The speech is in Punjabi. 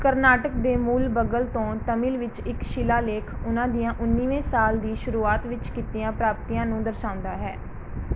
ਕਰਨਾਟਕ ਦੇ ਮੂਲਬਗਲ ਤੋਂ ਤਮਿਲ ਵਿੱਚ ਇੱਕ ਸ਼ਿਲਾਲੇਖ ਉਨ੍ਹਾਂ ਦੀਆਂ ਉੱਨੀਵੇਂ ਸਾਲ ਦੀ ਸ਼ੁਰੂਆਤ ਵਿੱਚ ਕੀਤੀਆਂ ਪ੍ਰਾਪਤੀਆਂ ਨੂੰ ਦਰਸਾਉਂਦਾ ਹੈ